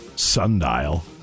Sundial